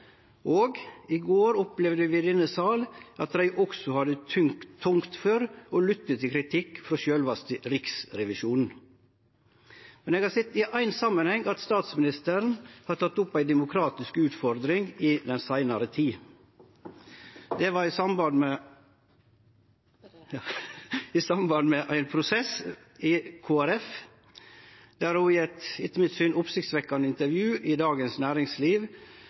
Og i går opplevde vi i denne salen at dei også hadde tungt for å lytte til kritikk frå sjølvaste Riksrevisjonen. Men eg har sett i éin samanheng at statsministeren har teke opp ei demokratisk utfordring i den seinare tida. Det var i samband med ein prosess i Kristeleg Folkeparti, der ho i eit etter mitt syn oppsiktsvekkjande intervju i Dagens Næringsliv